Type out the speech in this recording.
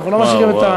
אנחנו לא נשאיר את,